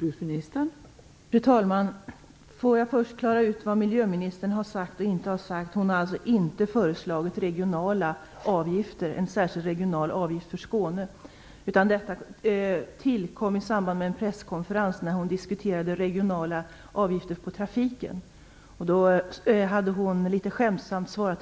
Fru talman! Låt mig först klara ut vad miljöministern har sagt och inte sagt. Hon har inte föreslagit en särskild regional avgift för Skåne. Detta kom upp i samband med en presskonferens när hon diskuterade regionala avgifter på trafiken. När en